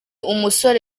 umusore